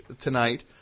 tonight